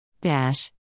Dash